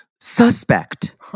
Suspect